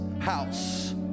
house